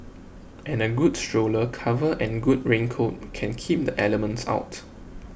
and a good stroller cover and good raincoat can keep the elements out